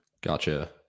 Gotcha